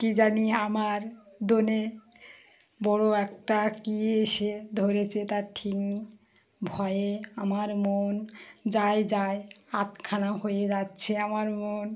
কী জানি আমার দোনে বড়ো একটা কী এসে ধরেছে তার ঠিক নেই ভয়ে আমার মন যায় যায় আটখানা হয়ে যাচ্ছে আমার মন